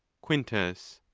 quintus.